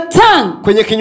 tongue